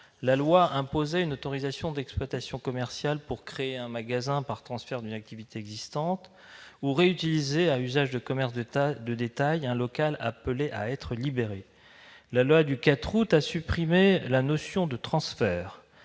vigueur imposait une autorisation d'exploitation commerciale pour créer un magasin par transfert d'une activité existante ou pour réutiliser à usage de commerce de détail un local appelé à être libéré. La loi précitée a supprimé la notion de transfert,